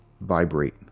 vibrate